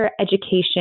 education